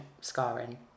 scarring